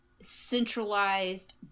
centralized